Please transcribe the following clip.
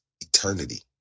eternity